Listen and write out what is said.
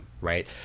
right